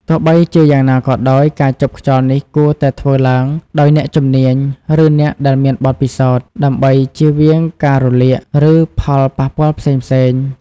ទោះបីជាយ៉ាងណាក៏ដោយ ការជប់ខ្យល់នេះគួរតែធ្វើឡើងដោយអ្នកជំនាញ ឬអ្នកដែលមានបទពិសោធន៍ ដើម្បីចៀសវាងការរលាក ឬផលប៉ះពាល់ផ្សេងៗ។